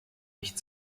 nicht